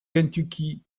kentucky